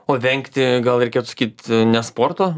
o vengti gal reikėtų sakyt ne sporto